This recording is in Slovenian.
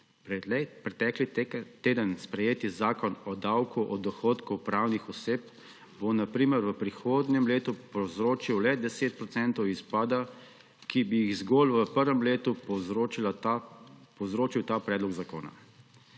v morje. Pretekli teden sprejeti Zakon o davku od dohodkov pravnih oseb bo na primer v prihodnjem letu povzročil le 10 procentov izpada, ki bi jih zgolj v prvem letu povzročil ta predlog zakona.